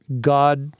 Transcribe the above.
God